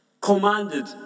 commanded